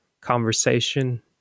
conversation